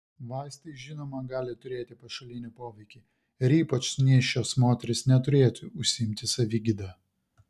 vaistai žinoma gali turėti pašalinį poveikį ir ypač nėščios moterys neturėtų užsiimti savigyda